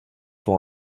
pour